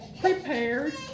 prepared